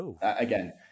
again